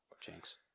Jinx